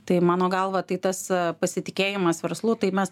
tai mano galva tai tas pasitikėjimas verslu tai mes